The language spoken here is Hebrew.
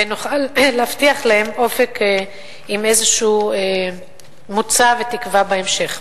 ונוכל להבטיח להם אופק עם איזשהו מוצא ותקווה בהמשך.